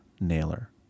nailer